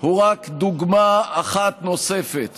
הם רק דוגמה אחת נוספת